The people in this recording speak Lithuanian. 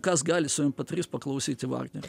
kas gali su mp trys paklausyti vagnerio